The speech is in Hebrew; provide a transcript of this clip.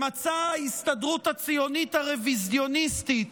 במצע ההסתדרות הציונית הרוויזיוניסטית